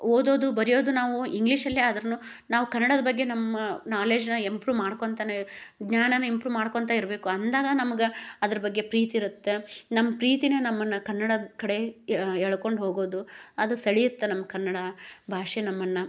ಓದೋದು ಬರಿಯೋದು ನಾವು ಇಂಗ್ಲೀಷಲ್ಲೇ ಆದರೂನು ನಾವು ಕನಡದ ಬಗ್ಗೆ ನಮ್ಮ ನಾಲೇಜ್ನ ಎಂಪ್ರೂ ಮಾಡ್ಕೊಳ್ತೇನೆ ಜ್ಞಾನಾನ ಇಂಪ್ರೂವ್ ಮಾಡ್ಕೊಳ್ತಾ ಇರಬೇಕು ಅಂದಾಗ ನಮ್ಗೆ ಅದ್ರ ಬಗ್ಗೆ ನಮ್ಗೆ ಪ್ರೀತಿ ಇರುತ್ತೆ ನಮ್ಮ ಪ್ರೀತಿನೆ ನಮ್ಮನ್ನ ಕನ್ನಡದ ಕಡೆ ಎಳ್ಕೊಂಡು ಹೋಗೋದು ಅದು ಸೆಳಿಯುತ್ತೆ ನಮ್ಮ ಕನ್ನಡ ಭಾಷೆ ನಮ್ಮನ್ನ